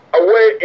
away